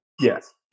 yes